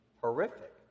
horrific